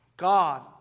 God